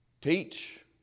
teach